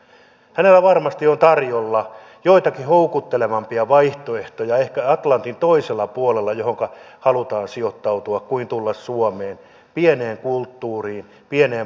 hänelle varmasti on tarjolla joitakin houkuttelevampia vaihtoehtoja ehkä atlantin toisella puolella mihinkä halutaan sijoittautua ennemmin kuin tulla suomeen pieneen kulttuuriin pieneen markkina alueeseen